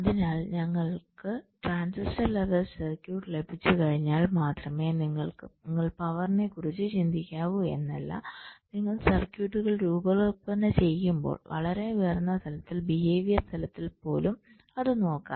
അതിനാൽ ഞങ്ങൾക്ക് transistor level circuit ലഭിച്ചുകഴിഞ്ഞാൽ മാത്രമേ നിങ്ങൾ പവറിനെക്കുറിച്ച് ചിന്തിക്കാവു എന്നല്ല നിങ്ങൾ സർക്യൂട്ടുകൾ രൂപകൽപ്പന ചെയ്യുമ്പോൾ വളരെ ഉയർന്ന തലത്തിൽ ബിഹേവിയർ തലത്തിൽ പോലും അത് നോക്കാം